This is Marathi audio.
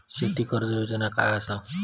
शेती कर्ज योजना काय असा?